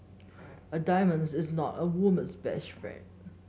a diamonds is not a woman's best friend